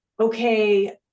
Okay